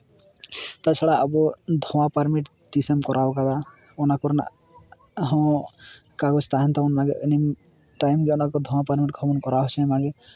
ᱛᱟᱪᱷᱟᱲᱟ ᱟᱵᱚ ᱫᱷᱳᱣᱟ ᱯᱟᱨᱢᱤᱴ ᱛᱤᱥᱮᱢ ᱠᱚᱨᱟᱣ ᱠᱟᱫᱟ ᱚᱱᱟ ᱠᱚᱨᱮᱱᱟᱜ ᱦᱚᱸ ᱠᱟᱜᱚᱡᱽ ᱛᱟᱦᱮᱱ ᱛᱟᱵᱚ ᱢᱟᱜᱮ ᱟᱹᱞᱤᱧ ᱛᱟᱭᱚᱛᱮ ᱱᱚᱣᱟ ᱫᱷᱩᱣᱟᱹ ᱯᱟᱨᱱᱤᱴ ᱠᱷᱚᱱᱤᱧ ᱠᱚᱨᱟᱣ ᱦᱚᱪᱚ ᱚᱱᱟᱜᱮ